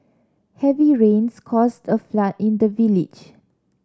heavy rains caused a flood in the village